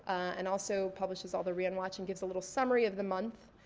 and also publishes all the rioonwatch, and gives a little summary of the month.